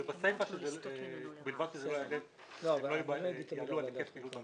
ובסיפה "ובלבד שלא יעלו על היקף פעילות בנקאית".